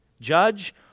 Judge